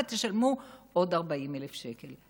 ותשלמו עוד 40,000 שקל.